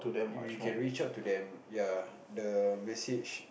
you can reach out to them ya the message